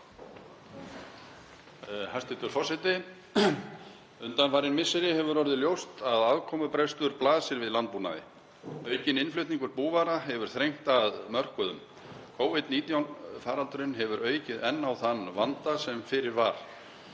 Hæstv. forseti. Undanfarin misseri hefur orðið ljóst að afkomubrestur blasir við í landbúnaði. Aukinn innflutningur búvara hefur þrengt að mörkuðum. Covid-19 faraldurinn hefur aukið enn á þann vanda sem fyrir var.